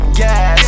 gas